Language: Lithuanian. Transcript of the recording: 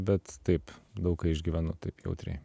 bet taip daug ką išgyvenu taip jautriai